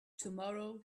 tomorrow